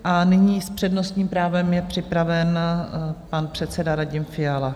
A nyní s přednostním právem je připraven pan předseda Radim Fiala.